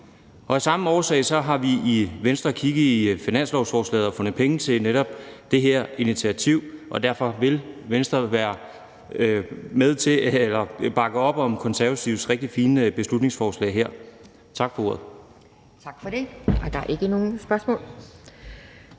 Af samme årsag har vi i Venstre kigget i finanslovsforslaget og fundet penge til netop det her initiativ, og derfor vil Venstre bakke op om Konservatives rigtig fine beslutningsforslag her. Tak for ordet. Kl. 12:28 Anden næstformand